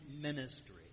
ministry